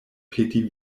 peti